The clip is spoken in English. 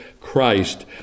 Christ